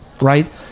Right